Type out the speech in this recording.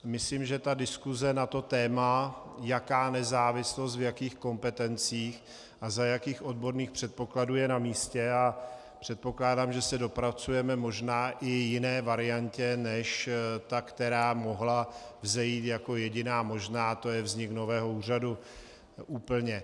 Myslím, že diskuse na toto téma, jaká nezávislost, v jakých kompetencích a za jakých odborných předpokladů, je namístě, a předpokládám, že se dopracujeme možná i k jiné variantě než k té, která mohla vzejít jako jediná možná, a to je vznik nového úřadu úplně.